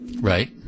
Right